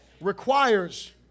requires